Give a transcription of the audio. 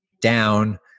down